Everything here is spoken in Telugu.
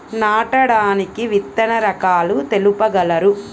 నాటడానికి విత్తన రకాలు తెలుపగలరు?